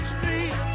Street